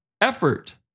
effort